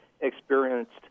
experienced